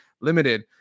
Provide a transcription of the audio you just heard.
limited